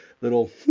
little